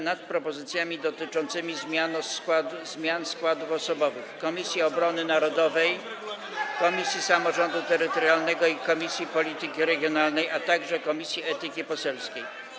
nad propozycjami dotyczącymi zmian składów osobowych Komisji Obrony Narodowej, Komisji Samorządu Terytorialnego i Polityki Regionalnej, a także Komisji Etyki Poselskiej.